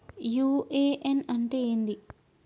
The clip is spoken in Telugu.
యు.ఎ.ఎన్ అంటే ఏంది?